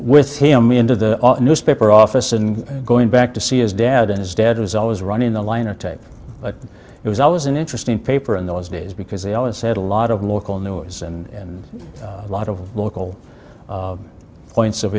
with him into the newspaper office and going back to see his dad and his dad was always running the liner type but it was always an interesting paper in those days because they always had a lot of local noise and a lot of local points of